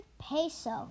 Peso